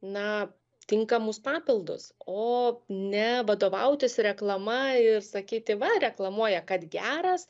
na tinkamus papildus o ne vadovautis reklama ir sakyti va reklamuoja kad geras